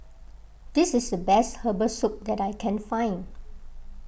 this is the best Herbal Soup that I can find